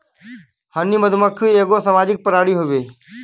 हनी मधुमक्खी एगो सामाजिक प्राणी हउवे